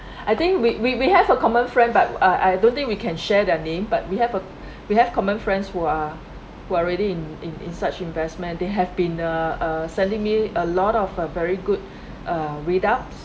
I think we we we have a common friend but I don't think we can share their name but we have a we have common friends who are who are already in in in such investment they have been err uh sending me a lot of uh very good uh readups